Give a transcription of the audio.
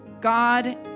God